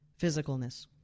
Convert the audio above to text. physicalness